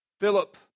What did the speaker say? Philip